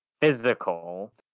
physical